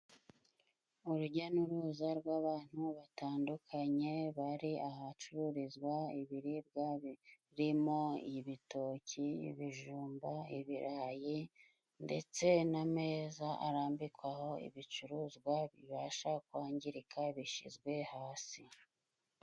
Urujya n'uruza rw'abantu batandukanye bari ahacururizwa ibiribwa birimo ibitoki, ibijumba, ibirayi ndetse n'ameza arambikwaho ibicuruzwa, bibasha kwangirika bishyizwe hasi.